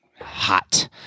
Hot